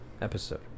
episode